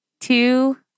two